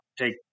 take